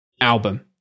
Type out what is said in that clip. album